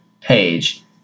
page